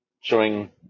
showing